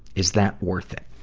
is that worth it?